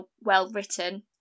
well-written